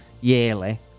yearly